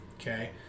okay